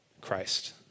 Christ